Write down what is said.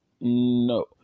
No